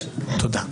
תודה.